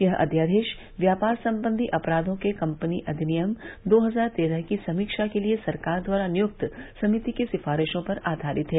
यह अध्यादेश व्यापार संबंधी अपराधों के कपनी अधिनियम दो हजार तेरह की समीक्षा के लिए सरकार द्वारा नियुक्त समिति की सिफारिशों पर आधारित है